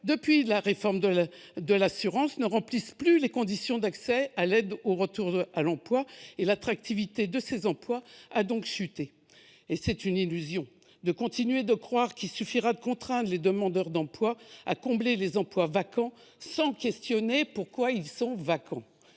dernière réforme de l'assurance chômage, les conditions d'accès à l'aide au retour à l'emploi ; l'attractivité de ces emplois a donc chuté. Il est illusoire de continuer de croire qu'il suffira de contraindre les demandeurs d'emploi à combler les emplois vacants, sans se demander pourquoi ceux-ci sont vacants.